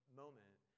moment